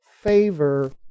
favor